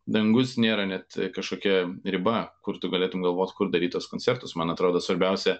dangus nėra net kažkokia riba kur tu galėtum galvot kur daryt tuos koncertus man atrodo svarbiausia